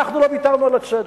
אנחנו לא ויתרנו על הצדק.